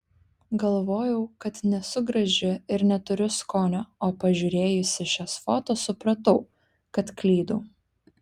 galvojau kad nesu graži ir neturiu skonio o pažiūrėjusi šias foto supratau kad klydau